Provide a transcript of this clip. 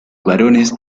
barones